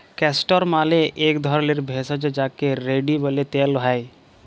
castor মালে এক ধরলের ভেষজ যাকে রেড়ি ব্যলে তেল হ্যয়